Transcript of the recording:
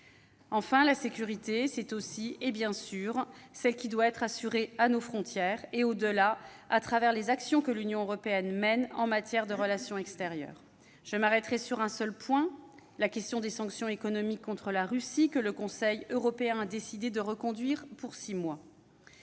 ? La sécurité, c'est aussi et bien sûr celle qui doit être assurée à nos frontières et au-delà, les actions que mène l'Union européenne en matière de relations extérieures. Je m'arrêterai sur un seul point : la question des sanctions économiques contre la Russie, que le Conseil européen a décidé de reconduire pour six mois.